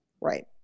Right